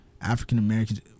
african-americans